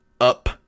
up